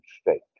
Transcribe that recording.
state